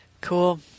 Cool